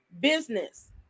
business